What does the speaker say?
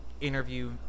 interview